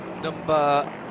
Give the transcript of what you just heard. number